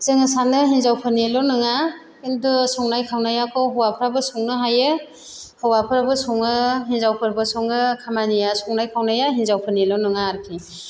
जोङो सानो हिनजावफोरनिल' नङा खिन्थु संनाय खावनायाखौ हौवाफोराबो संनो हायो हौवाफ्राबो संङो हिनजावफोरबो संङो खामानिया संनाय खावनाया हिनजावफोरनिल' नङा आरोखि